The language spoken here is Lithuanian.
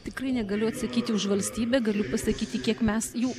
tikrai negaliu atsakyti už valstybę galiu pasakyti kiek mes jų